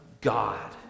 God